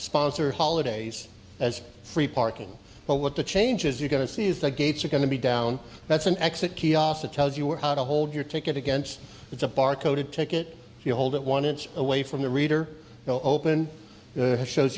sponsor holidays as free parking but what the changes you're going to see is the gates are going to be down that's an exit kiosk that tells you how to hold your ticket against it's a barcoded ticket you hold it one inch away from the reader open shows